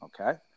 Okay